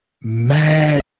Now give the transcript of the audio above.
mad